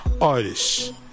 artist